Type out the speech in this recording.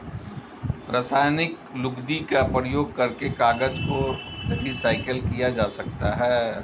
रासायनिक लुगदी का प्रयोग करके कागज को रीसाइकल किया जा सकता है